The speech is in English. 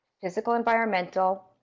physical-environmental